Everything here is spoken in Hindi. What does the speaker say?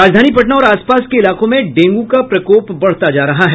राजधानी पटना और आसपास के इलाकों में डेंगू का प्रकोप बढ़ता जा रहा है